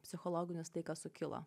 psichologinius tai kas sukilo